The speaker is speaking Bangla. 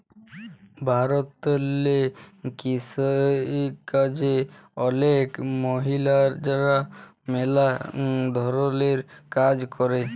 ভারতেল্লে কিসিকাজে অলেক মহিলারা ম্যালা ধরলের কাজ ক্যরে